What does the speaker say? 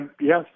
Yes